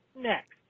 Next